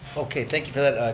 okay, thank you for that,